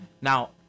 Now